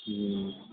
ہوں